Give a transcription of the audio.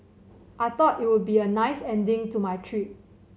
I thought it would be a nice ending to my trip